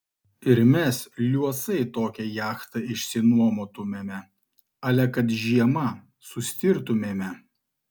ir mes liuosai tokią jachtą išsinuomotumėme ale kad žiema sustirtumėme